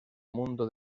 mundo